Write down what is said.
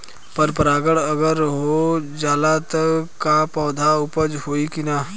पर परागण अगर हो जाला त का पौधा उपज होई की ना?